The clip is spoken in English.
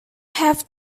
have